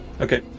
Okay